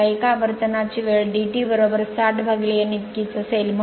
आता एका आवर्तनची वेळ dt dt 60N इतकीच असेल